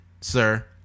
sir